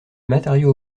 matériau